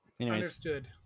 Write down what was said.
Understood